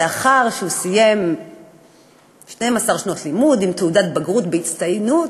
לאחר שהוא סיים 12 שנות לימוד עם תעודת בגרות בהצטיינות,